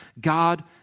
God